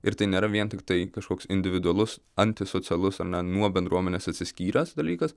ir tai nėra vien tiktai kažkoks individualus anti socialus ar ne nuo bendruomenės atsiskyręs dalykas